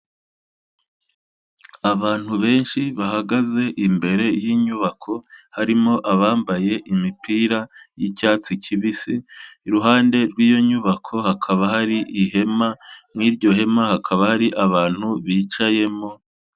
Abantu benshi bahagaze imbere y'inyubako harimo abambaye imipira y'icyatsi kibisi, iruhande rw'iyo nyubako hakaba hari ihema muri iryo hema hakaba hari abantu bicayemo.